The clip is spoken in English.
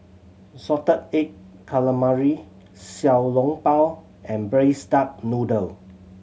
salted egg calamari Xiao Long Bao and Braised Duck Noodle